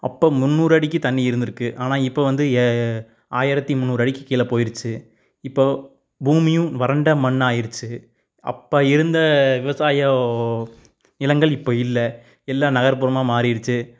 அப்போ முந்நூறு அடிக்கு தண்ணி இருந்திருக்கு ஆனால் இப்போ வந்து ஆயிரத்து முந்நூறு அடிக்கு கீழே போயிருச்சு இப்போ பூமியும் வறண்ட மண்ணாகிருச்சி அப்போ இருந்த விவசாயம் நிலங்கள் இப்போ இல்லை எல்லாம் நகர்புறமாக மாறிருச்சு